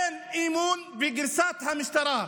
אין אמון בגרסת המשטרה.